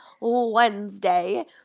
Wednesday